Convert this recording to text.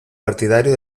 partidario